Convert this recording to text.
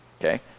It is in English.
okay